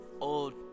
old